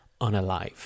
unalive